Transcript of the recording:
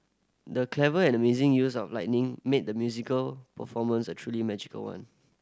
the clever and amazing use of lighting made the musical performance a truly magical one